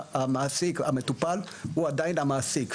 המטופל הוא עדיין המעסיק.